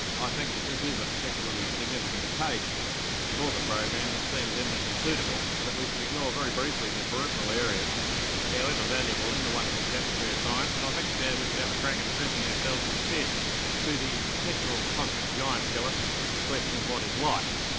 i think that this is a particularly significant occasion for the program and it seems imminently suitable that we should ignore very briefly the peripheral areas however valuable, in the wonderful tapestry of science, and i think we should have a crack at and addressing ourselves instead to the perpetual cosmic giant killer the question of what is life?